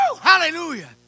hallelujah